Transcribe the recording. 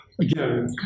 again